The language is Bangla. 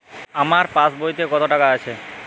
আমার পাসবইতে কত টাকা আছে?